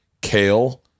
Kale